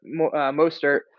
Mostert